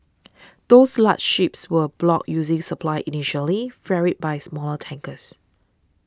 those large ships were broad using supply initially ferried by smaller tankers